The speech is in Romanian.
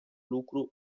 lucru